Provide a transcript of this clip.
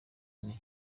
nti